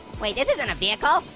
wait this isn't a vehicle.